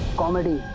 comedy,